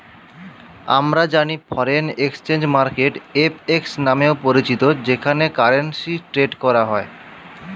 আমরা জানি foreign exchange market FX নামেও পরিচিত যেখানে কারেন্সি ট্রেড করা হয়